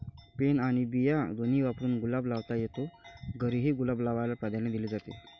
pen आणि बिया दोन्ही वापरून गुलाब लावता येतो, घरीही गुलाब लावायला प्राधान्य दिले जाते